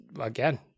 again